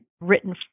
written